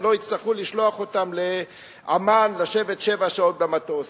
ולא יצטרכו לשלוח אותם לעמאן לשבת שבע שעות במטוס.